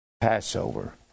Passover